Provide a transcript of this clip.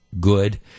good